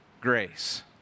grace